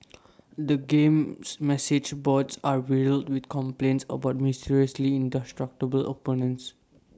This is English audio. the game's message boards are riddled with complaints about mysteriously indestructible opponents